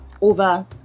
over